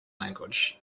language